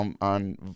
on